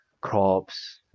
crops